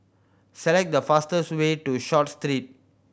select the fastest way to Short Street